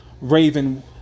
Raven